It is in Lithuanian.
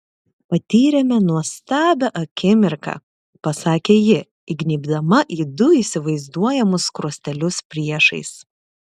patyrėme nuostabią akimirką pasakė ji įgnybdama į du įsivaizduojamus skruostelius priešais